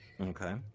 Okay